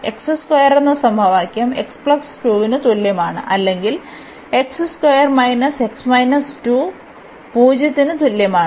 അതിനാൽ എന്ന സമവാക്യം ന് തുല്യമാണ് അല്ലെങ്കിൽ 0 ന് തുല്യമാണ്